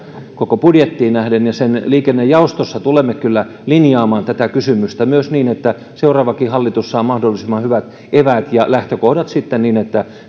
koko budjettiin nähden ja sen liikennejaostossa tulemme kyllä linjaamaan tätä kysymystä myös niin että seuraavakin hallitus saa mahdollisimman hyvät eväät ja lähtökohdat sitten niin että